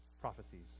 prophecies